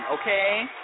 okay